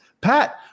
Pat